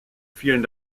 vielen